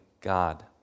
God